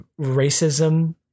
racism